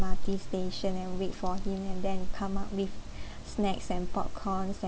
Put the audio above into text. M_R_T station and wait for him and then come up with snacks and popcorns and